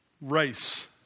race